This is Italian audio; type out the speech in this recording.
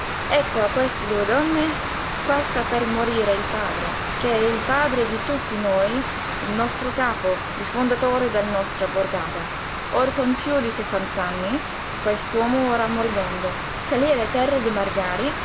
ecco a queste due donne qua sta per morire il padre che è il padre di tutti noi il nostro capo il fondatore della nostra borgata or son piú di sessant'anni quest'uomo ora moribondo salí alle terre di